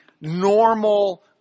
normal